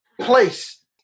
place